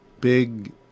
big